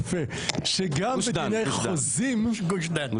גוש דן.